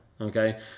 okay